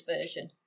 Version